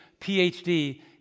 PhD